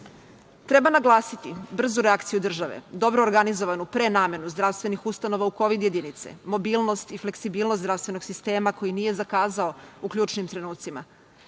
Treba naglasiti brzu reakciju države, dobro organizovanu prenamenu zdravstvenih ustanova u kovid jedinice, mobilnost i fleksibilnost zdravstvenog sistema koji nije zakazao u ključnim trenucima.